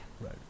Right